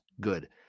good